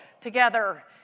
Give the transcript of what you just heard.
together